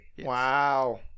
Wow